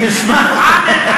למה?